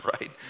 right